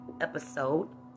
episode